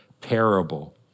parable